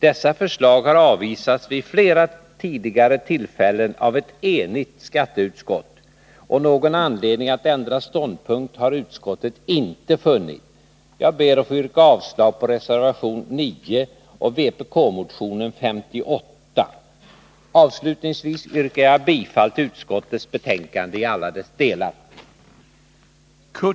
Dessa förslag har avvisats av ett enigt skatteutskott vid flera tidigare tillfällen, och någon anledning att ändra ståndpunkt har utskottet inte funnit. Jag ber att få yrka avslag på reservation 9 och på vpk-motion 58. Avslutningsvis yrkar jag bifall till utskottets hemställan i alla delar.